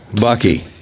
Bucky